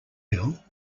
bill